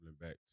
back